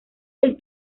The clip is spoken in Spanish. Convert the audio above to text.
del